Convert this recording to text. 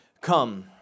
Come